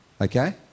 Okay